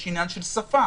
יש עניין של שפה,